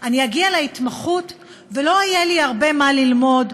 אני אגיע להתמחות ולא יהיה לי הרבה מה ללמוד,